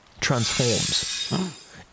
transforms